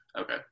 Okay